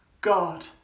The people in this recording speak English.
God